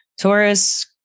Taurus